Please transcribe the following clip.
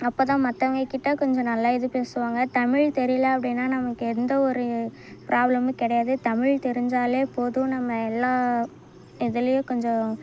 அப்போதான் மற்றவங்ககிட்ட கொஞ்சம் நல்லா இது பேசுவாங்க தமிழ் தெரியலை அப்படின்னா நமக்கு எந்த ஒரு ப்ராப்ளமும் கிடையாது தமிழ் தெரிஞ்சாலே போதும் நம்ம எல்லா இதுலையும் கொஞ்சம்